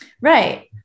Right